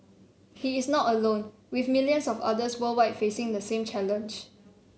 he is not alone with millions of others worldwide facing the same challenge